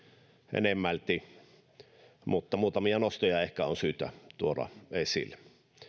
enemmälti mutta muutamia nostoja ehkä on syytä tuoda esille